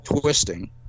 twisting